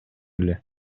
эле